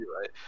right